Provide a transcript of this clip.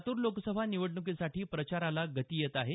लातूर लोकसभा निवडणुकीसाठी प्रचाराला गती येत आहे